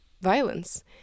violence